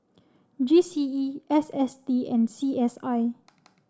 G C E S S T and C S I